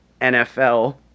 nfl